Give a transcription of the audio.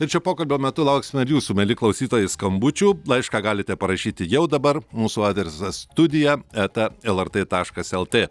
ir šio pokalbio metu lauksime ir jūsų mieli klausytojai skambučių laišką galite parašyti jau dabar mūsų adresas studija eta lrt taškas lt